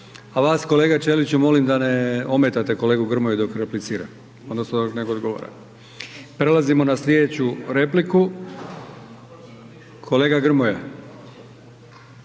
a vas kolega Ćeliću molim da ne ometate kolegu Grmoju dok replicira odnosno nekog drugoga. Prelazimo na slijedeću repliku. Kolega Grmoja